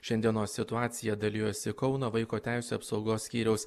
šiandienos situacija dalijosi kauno vaiko teisių apsaugos skyriaus